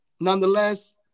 nonetheless